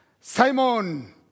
Simon